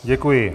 Děkuji.